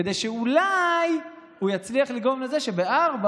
כדי שאולי הוא יצליח לגרום לזה שב-16:00,